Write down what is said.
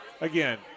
again